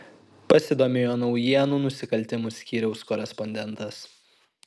pasidomėjo naujienų nusikaltimų skyriaus korespondentas